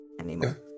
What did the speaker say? anymore